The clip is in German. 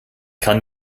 kann